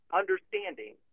understanding